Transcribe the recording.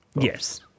Yes